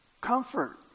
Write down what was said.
comfort